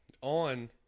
on